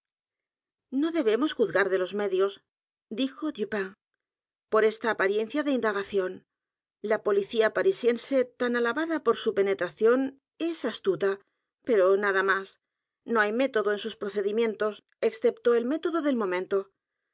no debemos juzgar de los medios dijo dupin por esta apariencia de indagación la policía parisiense tan alabada por su penetración es astuta pero nada más no hay método en sus procedimientos excepto el método del momento